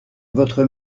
votre